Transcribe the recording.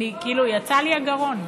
כאילו, יצא לי הגרון.